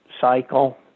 cycle